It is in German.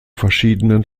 verschiedenen